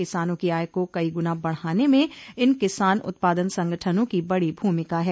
किसानों की आय को कई गुना बढ़ाने में इन किसान उत्पादन संगठनों की बड़ी भूमिका है